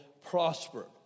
prosper